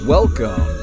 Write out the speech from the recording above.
Welcome